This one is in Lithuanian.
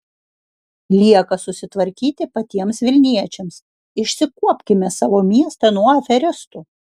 lieka susitvarkyti patiems vilniečiams išsikuopkime savo miestą nuo aferistų